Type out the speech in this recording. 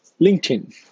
LinkedIn